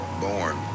born